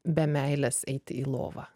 be meilės eiti į lovą